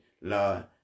Lord